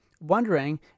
wondering